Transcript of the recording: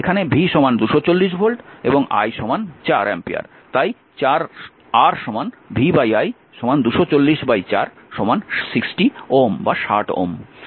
এখানে v 240 এবং i 4 তাই R v i 240 4 60 Ω